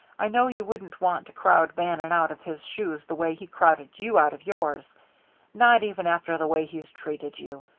i know you wouldn't want to crowd bannon out of his shoes the way he crowded you out of yours not even after the way he's treated you.